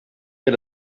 mir